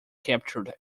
captured